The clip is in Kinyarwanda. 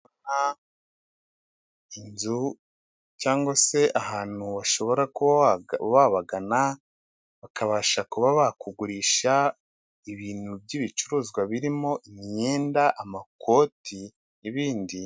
Inzu cyangwa se ahantu washobora kuba wabagana , bakabasha kuba bakugurisha ibintu by'ibicuruzwa birimo imyenda, amakoti n'ibindi.